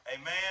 Amen